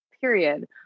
period